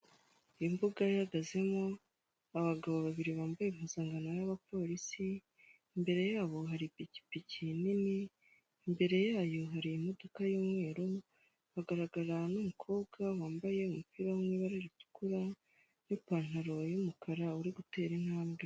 Imbuga ihagazemo, abagabo babiri bambaye impuzankano y'abapolisi, imbere yabo hari ipikipiki nini, imbere yayo hari imodoka y'umweru, hagaragara n'umukobwa wambaye umupira wo mu ibara ritukura, n'ipantaro y'umukara uri gutera intambwe.